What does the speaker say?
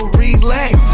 relax